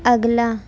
اگلا